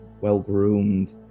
well-groomed